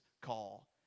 call